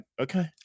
Okay